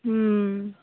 ହୁଁ